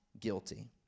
guilty